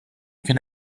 kien